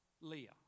Leah